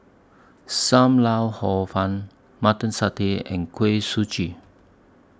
SAM Lau Hor Fun Mutton Satay and Kuih Suji